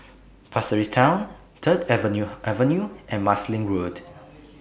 Pasir Ris Town Third Avenue Avenue and Marsiling Road